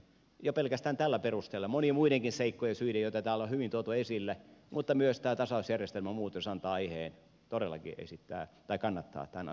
jo pelkästään tällä perusteella ja monien muidenkin seikkojen syiden joita täällä on hyvin tuotu esille hylkyä voi kannattaa mutta myös tämä tasausjärjestelmän muutos antaa aiheen todellakin kannattaa tämän asian hylkyä